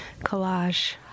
collage